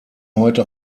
heute